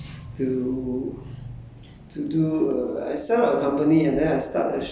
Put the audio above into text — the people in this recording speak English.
until then I s~ I got sign up a company to